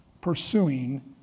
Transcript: pursuing